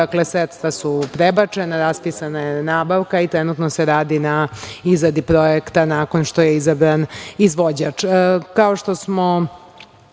sredstva su prebačena, raspisana je nabavka i trenutno se radi na izradi projekta nakon što je izabran izvođač. Kao